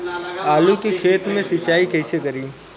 आलू के खेत मे सिचाई कइसे करीं?